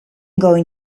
going